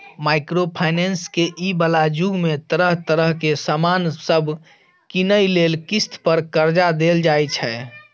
micro finance के इ बला जुग में तरह तरह के सामान सब कीनइ लेल किस्त पर कर्जा देल जाइ छै